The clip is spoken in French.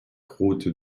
route